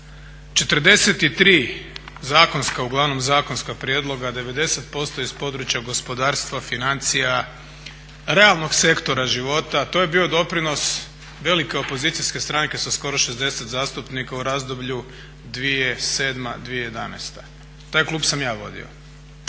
43 zakonska, uglavnom zakonska prijedloga, 90% iz područja gospodarstva, financija, realnog sektora, života, to je bio doprinos velike opozicijske stranke sa skoro 60 zastupnika u razdoblju 2007.-2011. Taj klub sam ja vodio.